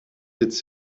its